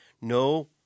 No